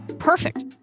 Perfect